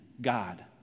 God